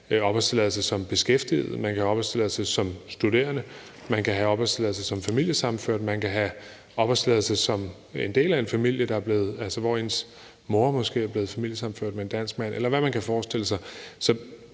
man kan have opholdstilladelse som beskæftiget, man kan have opholdstilladelse som studerende, man kan få opholdstilladelse som familiesammenført, man kan få opholdstilladelse som en del af en familie, altså hvor ens mor måske er blevet familiesammenført med en dansk mand, eller hvad man ellers kan forestille sig.